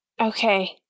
Okay